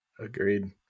Agreed